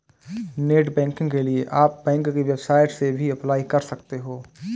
net banking के लिए आप बैंक की वेबसाइट से भी अप्लाई कर सकते है